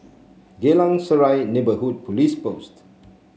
Geylang Serai Neighbourhood Police Post